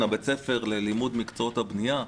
בית הספר ללימוד מקצועות הבנייה.